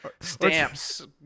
Stamps